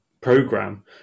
program